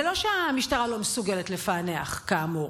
10%. זה לא שהמשטרה לא מסוגלת לפענח, כאמור.